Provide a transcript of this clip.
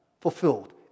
fulfilled